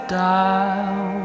dial